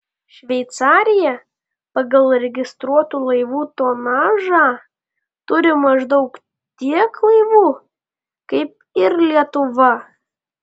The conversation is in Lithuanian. šveicarija pagal registruotų laivų tonažą turi maždaug tiek laivų kaip ir lietuva